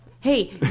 Hey